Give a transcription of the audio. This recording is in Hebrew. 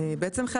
בעצם,